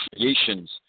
creations